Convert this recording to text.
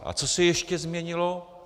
A co se ještě změnilo?